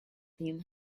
team